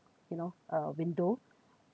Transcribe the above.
you know uh window